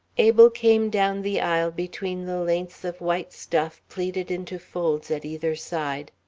abel came down the aisle between the lengths of white stuff plaited into folds at either side.